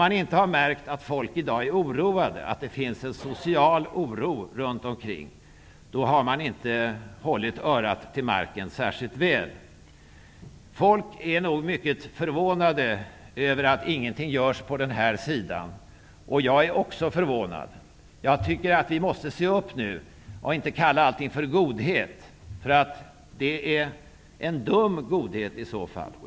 Om ni inte har märkt att människor i dag är oroade och att det finns en social oro runt om i landet, om ni inte har hört hur det låter ute i landet -- då har ni inte ordentligt hållit örat till marken. Människor är nog mycket förvånade över att ingenting görs på den här sidan, och jag är också förvånad. Jag tycker att vi måste se upp nu och inte kalla allting för godhet; det är i så fall en dum godhet.